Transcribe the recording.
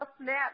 snap